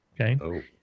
okay